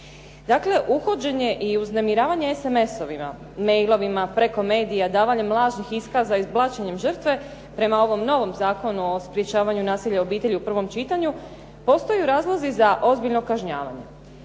Dakle, uhođenje i uznemiravanje sms-ovima, mail-ovima, preko medija, davanjem lažnih iskaza, i blaćenjem žrtve prema ovom novom Zakonu o sprečavanju nasilja obitelji u prvom čitanju postoje razlozi za ozbiljno kažnjavanje.